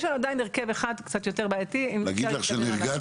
יש לנו עדיין הרכב אחד שהוא קצת יותר בעייתי --- להגיד לך שנרגעתי?